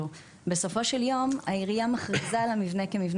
בסופו של יום העירייה מכריזה על המבנה כמבנה